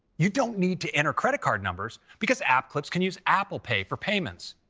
you don't need to enter credit card numbers because app clips can use apple pay for payments.